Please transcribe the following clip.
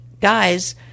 guys